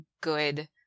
good